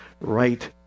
right